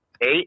Eight